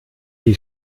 die